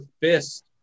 fist